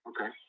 Okay